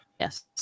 Yes